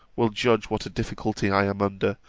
will judge what a difficulty i am under,